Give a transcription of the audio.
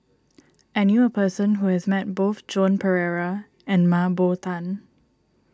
I knew a person who has met both Joan Pereira and Mah Bow Tan